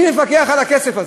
מי מפקח על הכסף הזה?